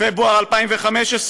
לפברואר 2015,